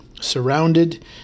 Surrounded